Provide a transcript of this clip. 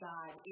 God